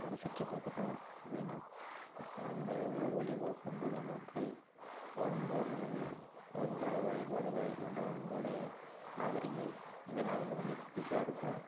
ஊரை சுற்றி பாக்கிறோம் அப்படின்னா இப்போ அந்த ஊர் வழியாக போகிறப்ப அங்கே உள்ள மக்கள் அவங்கள் அவங்களோட வழிபாடுகள் அண்ட் அவங்களுடய நாகரிங்கள் இதெல்லாம் வந்து கொஞ்சம் புதுசாயிருக்கும்